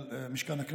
שקרן.